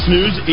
News